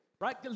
right